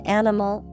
animal